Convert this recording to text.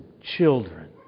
children